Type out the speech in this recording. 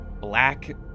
black